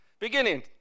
beginning